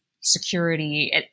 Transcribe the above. security